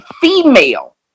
female